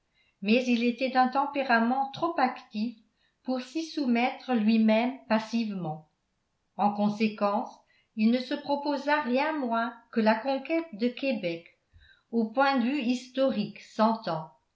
mais il était d'un tempérament trop actif pour s'y soumettre lui-même passivement en conséquence il ne se proposa rien moins que la conquête de québec au point de vue historique sentend et